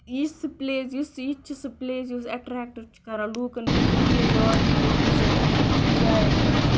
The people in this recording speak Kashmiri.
یہِ چھِ سُہ پٕلیس یُس یتہِ چھِ سُہ پٕلیس یُس اَٹریکٹ چھِ کَران لوکَن کہ تُہۍ یِیو یور تُہۍ کٔریو وِزٹ اَتھ جایہ منٛز